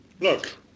Look